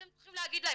אתם צריכים להגיד להם.